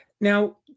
Now